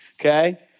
okay